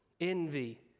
Envy